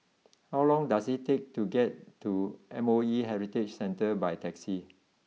how long does it take to get to M O E Heritage Centre by taxi